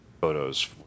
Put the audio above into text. photos